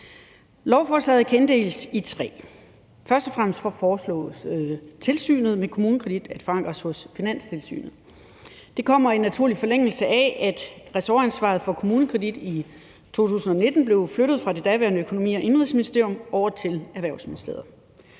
Lovforslaget kan inddeles i tre dele. For det første foreslås det, at tilsynet med KommuneKredit at forankres hos Finanstilsynet. Det kommer i naturlig forlængelse af, at ressortansvaret for KommuneKredit i 2019 blev flyttet fra det daværende Økonomi- og Indenrigsministerium over til Erhvervsministeriet.